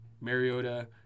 Mariota